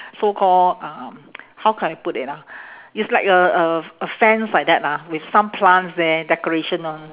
so call um how can I put it ah it's like a a a fence like that lah with some plants there decorations [one]